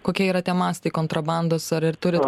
kokie yra tie mastai kontrabandos ar ir turit